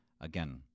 Again